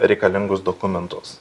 reikalingus dokumentus